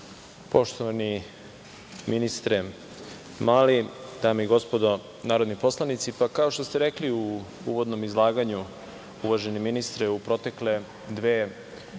Jevđić. Poštovani ministre Mali, dame i gospodo narodni poslanici, pa kao što ste rekli u uvodnom izlaganju, uvaženi ministre, u protekle dve jako